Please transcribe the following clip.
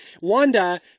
Wanda